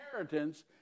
inheritance